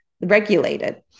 regulated